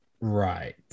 Right